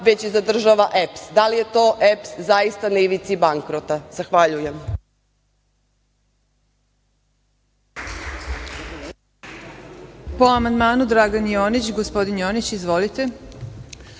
već ih zadržava EPS. Da li je to EPS, zaista na ivici bankrota? Zahvaljujem.